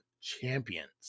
champions